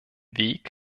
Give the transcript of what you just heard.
weg